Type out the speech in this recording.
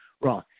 wrong